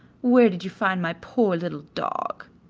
where did you find my poor little dog?